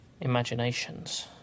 imaginations